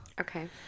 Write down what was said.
Okay